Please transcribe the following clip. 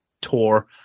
tour